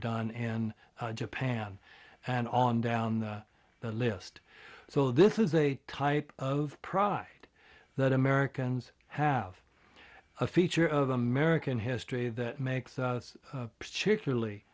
done in japan and on down the list so this is a type of pride that americans have a feature of american history that makes us particularly